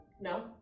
No